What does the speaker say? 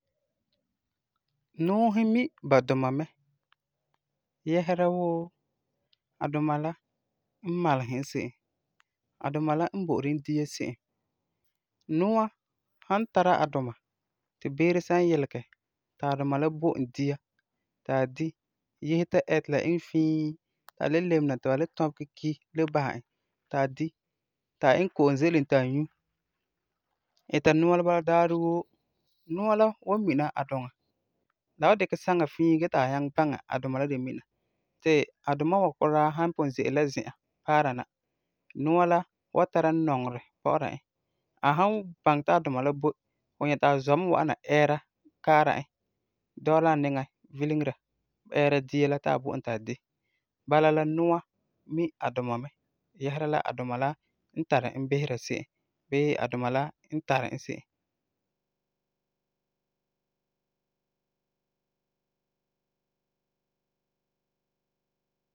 Nuusi mi ba duma mɛ yɛsera wuu a duma la n malesɛ n se'em, a duma la n bo'ori e dia se'em. Nua san tara a duma ti beere san yilegɛ ti a duma la bo e dia ti di, yese ta yɛ ti la iŋɛ fii ti a le lebe na ti ba le tɔbegɛ ki le basɛ e ti a di, ti a iŋɛ ko'om bo e ti a nyu, ita nua la bala daarɛ woo, nua la wan mina a duma. La wan dikɛ saŋa fii gee ti a nyaŋɛ baŋɛ a duma n de mina, ti a duma wa kuraa san ze'ele la zi'an paara na, nua la wan tara nɔŋerɛ bɔ'ɔra e. A san baŋɛ ti a duma la boi, fu nyɛ ti a zɔ mɛ wa'am na yɛɛra kaara e, dɔla a niŋan vileŋera, yɛɛra dia la ti a bo e ti a di, bala la nua mi a duma mɛ yɛsera la a duma la n tari bisera se'em bii a duma la n tari e se'em.